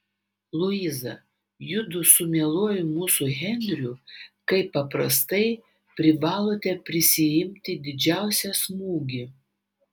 luiza judu su mieluoju mūsų henriu kaip paprastai privalote prisiimti didžiausią smūgį